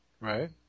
Right